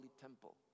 temple